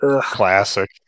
classic